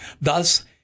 Thus